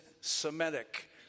Semitic